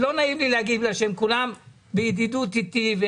לא נעים לי לומר כי כולם בידידות אתי,